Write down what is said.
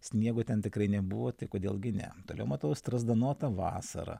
sniego ten tikrai nebuvo tai kodėl gi ne toliau matau strazdanota vasara